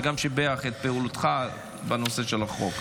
שגם שיבח את פעולתך בנושא של החוק.